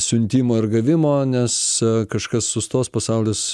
siuntimo ir gavimo nes kažkas sustos pasaulis